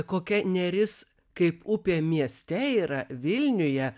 kokia neris kaip upė mieste yra vilniuje